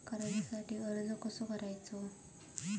कर्जासाठी अर्ज कसो करायचो?